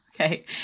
Okay